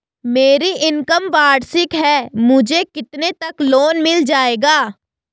मेरी इनकम वार्षिक है मुझे कितने तक लोन मिल जाएगा?